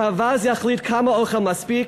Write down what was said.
שהאווז יחליט כמה אוכל מספיק,